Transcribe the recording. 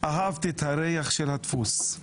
אהבתי את הריח של הדפוס.